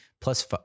Plus